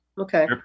Okay